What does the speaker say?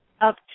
up